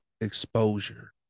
exposure